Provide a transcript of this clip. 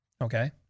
okay